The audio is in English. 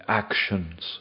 actions